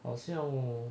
好像我